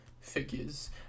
figures